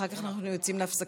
אחר כך אנחנו יוצאים להפסקה.